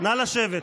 נא לשבת.